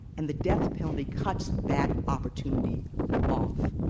and the death penalty cuts that opportunity off.